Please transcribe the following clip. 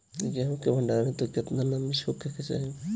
गेहूं के भंडारन हेतू कितना नमी होखे के चाहि?